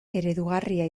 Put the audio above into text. eredugarria